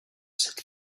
cette